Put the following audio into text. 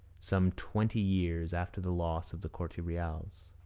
some twenty years after the loss of the corte-reals.